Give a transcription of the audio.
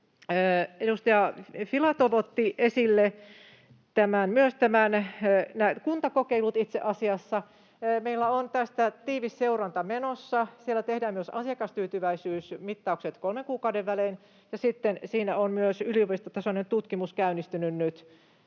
Edustaja Filatov otti itse asiassa esille myös nämä kuntakokeilut. Meillä on tästä tiivis seuranta menossa. Siellä tehdään myös asiakastyytyväisyysmittaukset kolmen kuukauden välein, ja sitten on myös yliopistotasoinen tutkimus käynnistynyt nyt